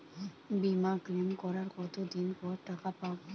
বিমা ক্লেম করার কতদিন পর টাকা পাব?